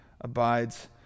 abides